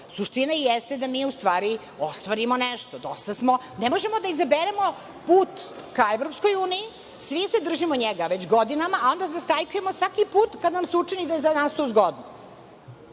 rade. Suština jeste da mi u stvari ostvarimo nešto. Ne možemo da izaberemo put ka Evropskoj uniji, svi se držimo njega, već godinama, a onda zastajkujemo svaki put kada nam se učini da je za nas to zgodno.